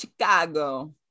Chicago